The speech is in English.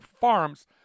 farms